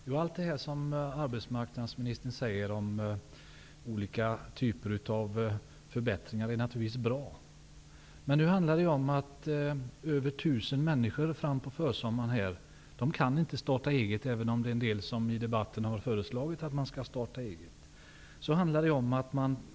Fru talman! Allt det som arbetsmarknadsministern nämner -- olika typer av förbättringar -- är naturligtvis bra. Men nu handlar det om att över 1 000 människor inte kan starta eget till försommaren, även om det har föreslagits i debatten att man skall starta eget.